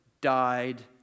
died